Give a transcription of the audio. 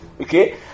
Okay